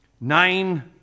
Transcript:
Nine